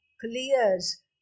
clears